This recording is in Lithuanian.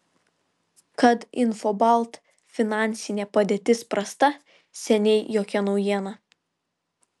kad infobalt finansinė padėtis prasta seniai jokia naujiena